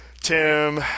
Tim